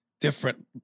different